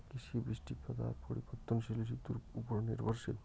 কৃষি, বৃষ্টিপাত আর পরিবর্তনশীল ঋতুর উপর নির্ভরশীল